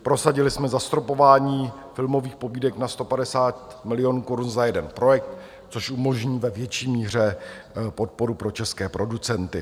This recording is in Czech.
Prosadili jsme zastropování filmových pobídek na 150 milionů korun za jeden projekt, což umožní ve větší míře podporu pro české producenty.